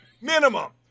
Minimum